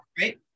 Right